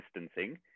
distancing